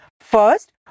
first